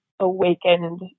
awakened